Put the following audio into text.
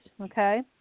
okay